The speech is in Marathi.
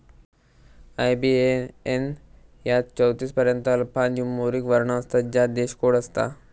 आय.बी.ए.एन यात चौतीस पर्यंत अल्फान्यूमोरिक वर्ण असतत ज्यात देश कोड असता